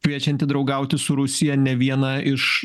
kviečianti draugauti su rusija ne vieną iš